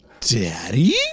daddy